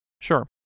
Sure